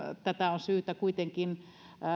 tätä on syytä edustajien kuitenkin